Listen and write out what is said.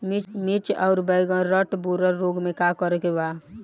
मिर्च आउर बैगन रुटबोरर रोग में का करे के बा?